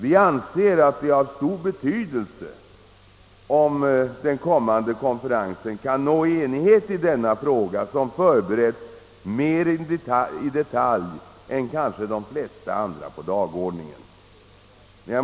Vi anser att det är av stor betydelse om den kommande konferensen kan nå enighet i denna fråga, som förberetts mer i detalj än kanske de flesta andra på dagordningen.